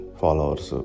followers